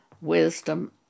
wisdom